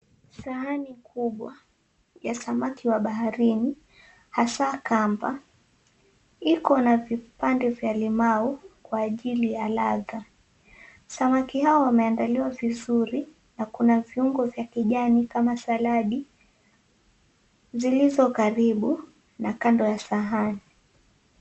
Sahani kubwa ya samaki wa baharini hasa kamba. Iko na vipande vya limau kwa ajili ya ladha. Samaki hawa wameandaliwa vizuri, kuna viungo vya kijani kama saladi zilizokaribu na kando ya sahani.